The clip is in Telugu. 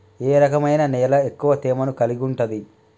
ఏ రకమైన నేల ఎక్కువ తేమను కలిగుంటది?